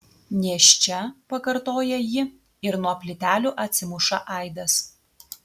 nėščia pakartoja ji ir nuo plytelių atsimuša aidas